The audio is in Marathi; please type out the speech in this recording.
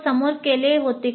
"CO समोर केले होते